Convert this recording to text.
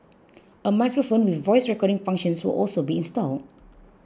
a microphone with voice recording functions will also be installed